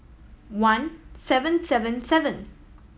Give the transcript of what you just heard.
one seven seven seven